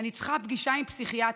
אני צריכה פגישה עם פסיכיאטר,